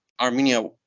Armenia